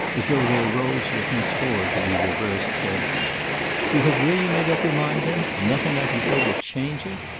as though their roles were henceforward to be reversed, said you have really made up your mind, then? nothing i can say will change it?